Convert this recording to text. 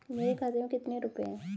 मेरे खाते में कितने रुपये हैं?